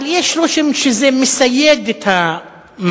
אבל יש רושם שזה מסייד את המערכת,